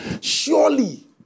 Surely